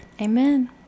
Amen